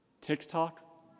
TikTok